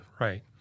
right